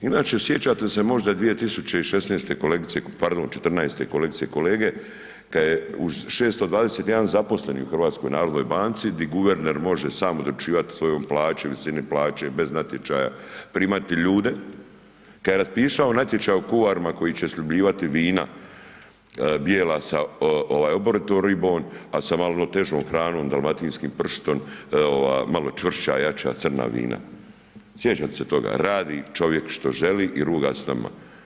Inače, sjećate se možda 2016. kolegice, pardon 14. kolegice i kolege, kad je uz 621 zaposleni u HNB di guverner može sam odlučivat o svojoj plaći, visini plaće, bez natječaja primati ljude, kad je raspisao natječaj o kuvarima koji će sljubljivati vina bijela sa oboritom ribom, a sa malo težom hranom, dalmatinskim pršutom, malo čvršća, jača, crna vina, sjećate se toga, radi čovjek što želi i ruga s nama.